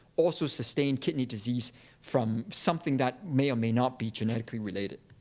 also sustained kidney disease from something that may or may not be genetically related.